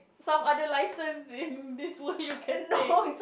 some other licence in this world you can take